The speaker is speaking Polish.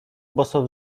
boso